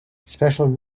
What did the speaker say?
special